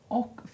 och